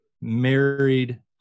married